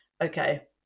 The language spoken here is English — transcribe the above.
okay